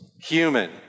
human